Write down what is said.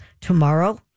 tomorrow